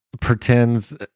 pretends